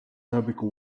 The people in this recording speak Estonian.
ajapikku